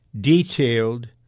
detailed